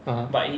(uh huh)